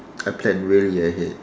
I plan really ahead